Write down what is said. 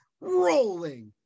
rolling